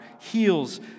heals